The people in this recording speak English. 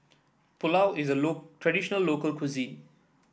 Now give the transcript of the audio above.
pulao is a traditional local cuisine